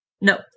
No